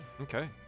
okay